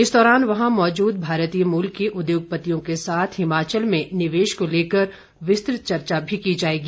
इस दौरान वहां मौजूद भारतीय मूल के उद्योगपतियों के साथ हिमाचल में निवेश को लेकर विस्तृत चर्चा भी की जाएगी